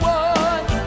one